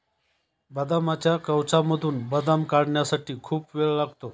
बदामाच्या कवचामधून बदाम काढण्यासाठी खूप वेळ लागतो